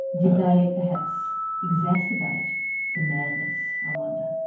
they perhaps exacerbate the madness, i wonder?